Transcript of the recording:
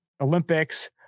Olympics